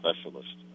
specialist